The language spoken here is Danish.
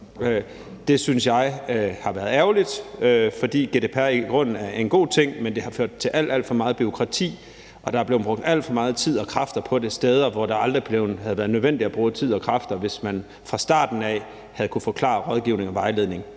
Det synes jeg har været ærgerligt, fordi GDPR i grunden er en god ting. Men det har ført til alt, alt for meget bureaukrati, og der er blevet brugt alt for meget tid og kræfter på det steder, hvor det aldrig havde været nødvendigt at bruge tid og kræfter, hvis man fra starten af havde kunnet få klar rådgivning og vejledning